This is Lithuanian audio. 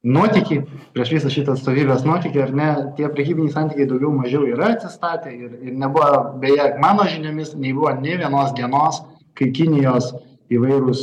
nuotykį prieš visą šitą atstovybės nuotykį ar ne tie prekybiniai santykiai daugiau mažiau yra atsistatę ir ir nebuvo beje mano žiniomis nebuvo nė vienos dienos kai kinijos įvairūs